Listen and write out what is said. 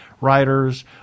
writers